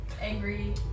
Angry